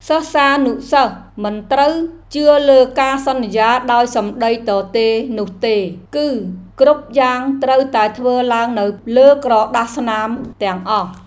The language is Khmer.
សិស្សានុសិស្សមិនត្រូវជឿលើការសន្យាដោយសម្តីទទេនោះទេ គឺគ្រប់យ៉ាងត្រូវតែធ្វើឡើងនៅលើក្រដាសស្នាមទាំងអស់។